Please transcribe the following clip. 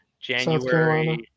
January